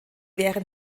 wären